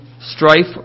strife